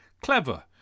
Clever